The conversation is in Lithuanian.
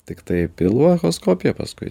tiktai pilvo echoskopija paskui